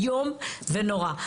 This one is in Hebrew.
איום ונורא.